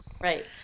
right